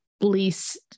least